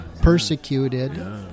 persecuted